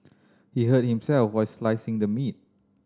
he hurt himself while slicing the meat